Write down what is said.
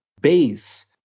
base